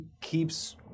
keeps